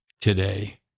today